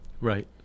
Right